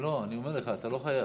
אני אומר לך, אתה לא חייב.